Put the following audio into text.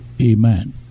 amen